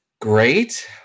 Great